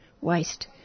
waste